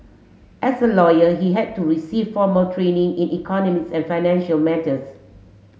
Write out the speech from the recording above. as a lawyer he had to receive formal training in economics and financial matters